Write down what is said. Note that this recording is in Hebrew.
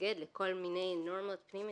מתנגד לכל מיני נורמות פנים מדינתיות,